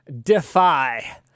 defy